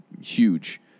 huge